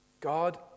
God